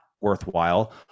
worthwhile